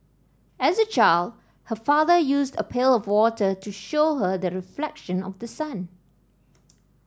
as a child her father used a pail of water to show her the reflection of the sun